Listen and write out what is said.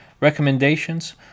recommendations